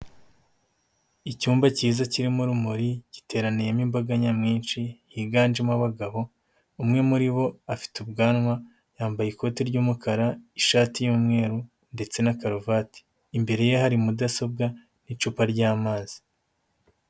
Icyumba cyiza kirimo urumuri giteraniyemo imbaga nyamwinshi, higanjemo abagabo, umwe muri bo afite ubwanwa, yambaye ikoti ry'umukara, ishati y'umweru, ndetse na karuvati. Imbere ye hari mudasobwa n'icupa ry'amazi.